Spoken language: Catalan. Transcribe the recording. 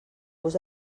gust